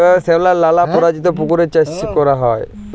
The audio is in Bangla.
যেভাবে শেঁওলার লালা পরজাতির পুকুরে চাষ ক্যরা হ্যয়